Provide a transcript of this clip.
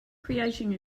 creating